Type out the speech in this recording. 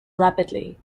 rapidly